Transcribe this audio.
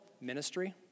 Ministry